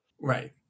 right